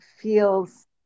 feels